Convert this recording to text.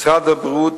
משרד הבריאות